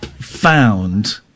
found